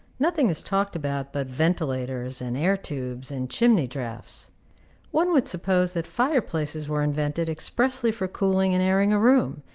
nothing is talked about but ventilators, and air-tubes, and chimney-draughts. one would suppose that fire-places were invented expressly for cooling and airing a room,